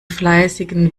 fleißigen